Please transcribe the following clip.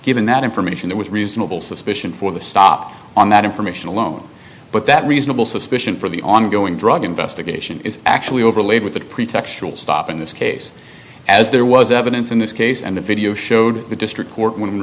given that information that was reasonable suspicion for the stop on that information alone but that reasonable suspicion for the ongoing drug investigation is actually overlaid with pretextual stop in this case as there was evidence in this case and the video showed the district court